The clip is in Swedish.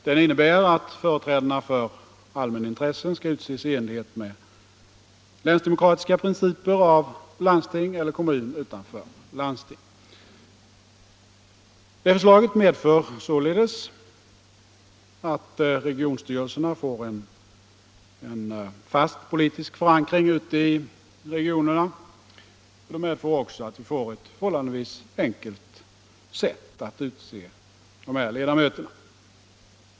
Den innebär att företrädarna för allmänintressena skall utses i enlighet med länsdemokratiska principer av landsting eller kommun utanför landsting. Det medför således att regionstyrelserna får fast politisk förankring ute i regionerna. Det medför också att vi får ett förhållandevis enkelt sätt att utse styrelsernas ledamöter.